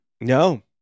No